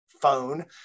phone